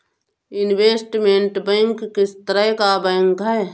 Investment bank किस तरह का बैंक है?